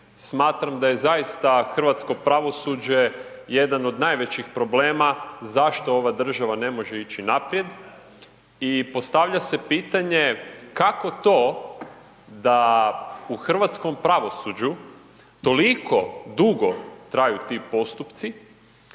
smatram da je zaista hrvatsko pravosuđe jedan od najvećih problema zašto ova država ne može ići naprijed i postavlja se pitanje kako to da u hrvatskom pravosuđu toliko dugo traju ti postupci